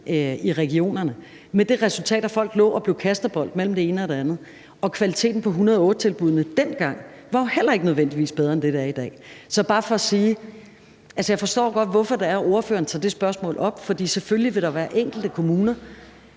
i regionerne – med det resultat, at folk blev kastebold mellem det ene og det andet. Og kvaliteten på § 108-tilbuddene dengang var jo heller ikke nødvendigvis bedre, end den er i dag. Det er bare for at sige, at jeg godt forstår, hvorfor spørgeren tager det spørgsmål op, for selvfølgelig vil der være enkelte kommuner,